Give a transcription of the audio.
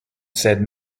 said